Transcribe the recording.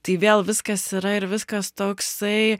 tai vėl viskas yra ir viskas toksai